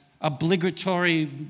obligatory